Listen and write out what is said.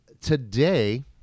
today